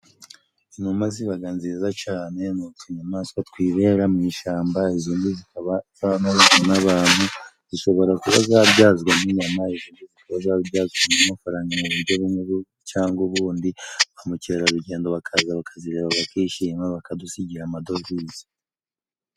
Inuma zibaga nziza cane ni utunyamaswa twibera mu ishamba, izindi zikaba zaranorojwe n'abantu zishobora kuba zabyazwamo inyama, izindi zikaba zabyazwamo amafaranga mu buryo bumwe cyangwa ubundi, ba mukerarugendo bakaza bakazireba bakishima bakadusigira amadovize.